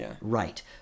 right